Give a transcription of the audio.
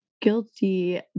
guilty